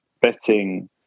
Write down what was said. betting